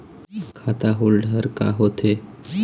खाता होल्ड हर का होथे?